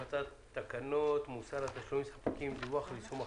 - הצעת תקנות מוסר תשלומים לספקים (דיווח על יישום החוק),